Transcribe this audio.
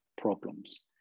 problems